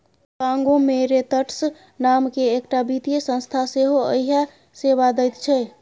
conglomerates नामकेँ एकटा वित्तीय संस्था सेहो इएह सेवा दैत छै